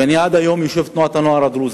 ואני עד היום יושב-ראש תנועת הנוער הדרוזית.